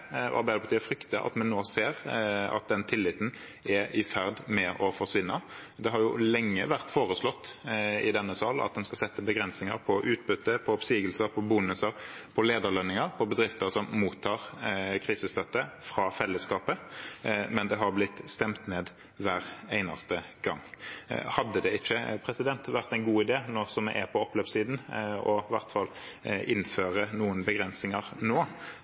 og Arbeiderpartiet frykter, at vi nå ser at den tilliten er i ferd med å forsvinne. Det har jo lenge vært foreslått i denne sal at en skal sette begrensninger på utbytter, på oppsigelser, på bonuser og på lederlønninger for bedrifter som mottar krisestøtte fra fellesskapet, men det har blitt stemt ned hver eneste gang. Hadde det ikke vært en god idé, nå som vi er på oppløpssiden, å innføre i hvert fall noen begrensninger,